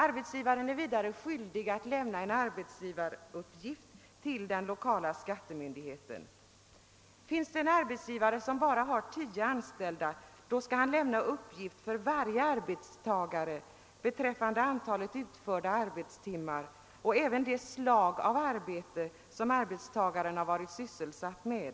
Arbetsgivaren är skyldig att lämna arbetsgivareuppgift till lokala skattemyndigheten. En arbetsgivare med högst tio anställda skall lämna uppgift för varje arbetstagare beträffande antalet utförda arbetstimmar samt det slag av arbete som arbetstagaren varit sysselsatt med.